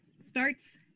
starts